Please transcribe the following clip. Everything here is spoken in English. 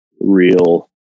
real